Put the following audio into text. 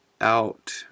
out